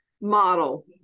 model